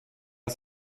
ist